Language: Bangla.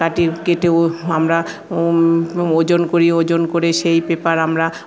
কাটি কেটে আমরা ওজন করি ওজন করে সেই পেপার আমরা